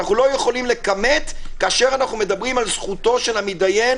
לא ניתן לכמת כאשר מדובר בזכותו של המידיין